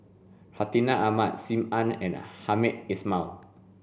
Hartinah Ahmad Sim Ann and Hamed Ismail